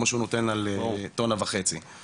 שהוא השכיר את הדירה אז זימנו אותי שלשום לחקירה במשטרת חוף.